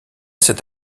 cet